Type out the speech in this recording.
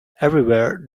everywhere